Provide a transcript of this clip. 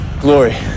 Glory